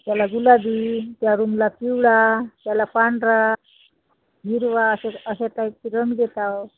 त्याला गुलाबी त्या रूमला पिवळा त्याला पांढरा हिरवा असे असे टाईपचे रंग देत आहो